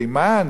זה היה ממש,